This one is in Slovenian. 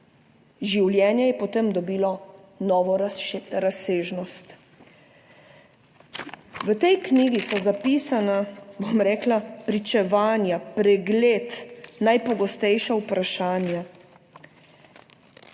Življenje je potem dobilo novo razsežnost". V tej knjigi so zapisana, bom rekla, pričevanja, pregled, najpogostejša vprašanja.